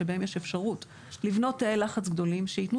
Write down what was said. שבהם יש אפשרות לבנות תאי לחץ גדולים שיתנו